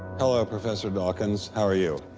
hello, professor dawkins. how are you?